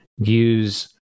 use